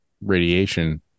radiation